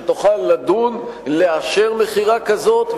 שתוכל לדון ולאשר מכירה כזאת.